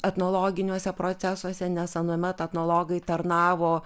etnologiniuose procesuose nes anuomet etnologai tarnavo